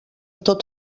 tot